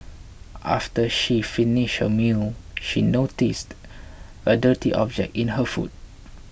after she finished her meal she noticed a dirty object in her food